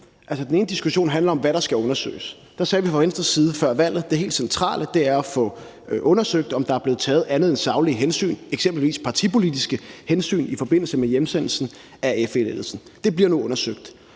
den ene diskussion handler om, hvad der skal undersøges. Der sagde vi fra Venstres side før valget: Det helt centrale er at få undersøgt, om der er blevet taget andet end saglige hensyn, eksempelvis partipolitiske hensyn, i forbindelse med hjemsendelsen af FE-ledelsen. Det bliver nu undersøgt.